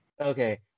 Okay